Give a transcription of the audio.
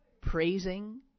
praising